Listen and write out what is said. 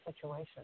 situation